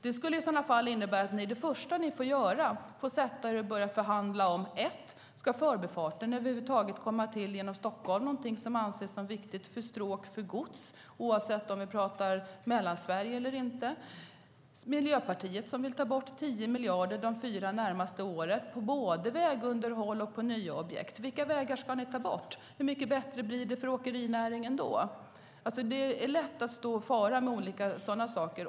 Det skulle i så fall innebära att det första som ni får göra är att sätta er och börja förhandla om huruvida Förbifarten över huvud taget ska byggas genom Stockholm, vilket är någonting som anses som viktigt för stråk för gods oavsett om vi talar om Mellansverige eller inte. Miljöpartiet vill ta bort 10 miljarder de fyra närmaste åren från både vägunderhåll och nya objekt. Vilka vägar ska ni ta bort? Hur mycket bättre blir det för åkerinäringen då? Det är lätt att stå och tala om olika sådana saker.